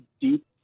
deep